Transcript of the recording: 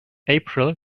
april